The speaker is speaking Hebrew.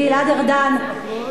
גלעד ארדן,